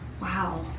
wow